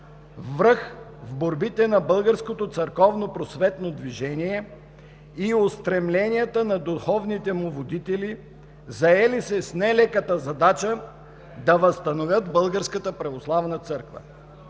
връх в борбите на българското църковно-просветно движение и устремленията на духовните му водители, заели се с нелеката задача да възстановят Българската православна църква.